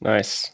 Nice